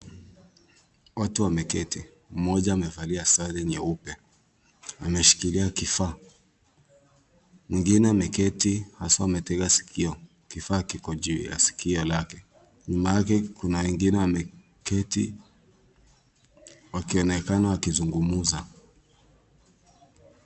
Watu wameketi mmoja amevalia sare nyeupe ameshikilia kifaa. Mwingine ameketi hasa ametega sikio. Kifaa kiko juu ya sikio lake. Nyuma yake kuna wengine wameketi wakionekana wakizungumza.